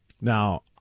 now